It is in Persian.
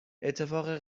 اتفاق